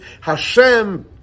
Hashem